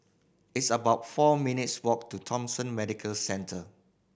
it's about four minutes' walk to Thomson Medical Centre